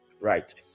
right